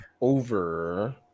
over